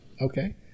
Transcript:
okay